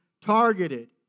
targeted